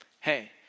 Hey